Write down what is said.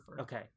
okay